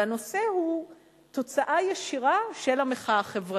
והנושא הוא תוצאה ישירה של המחאה החברתית,